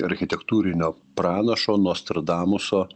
architektūrinio pranašo nostradamuso